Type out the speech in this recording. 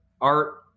art